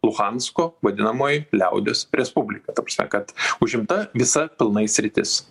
luhansko vadinamoji liaudies respublika ta prasme kad užimta visa pilnai sritis